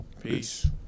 Peace